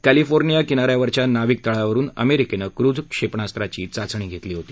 California किना यावरच्या नाविक तळावरुन अमेरिकेनं क्रूझ क्षेपणास्त्राची चाचणी घेतली होती